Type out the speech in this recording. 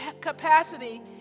capacity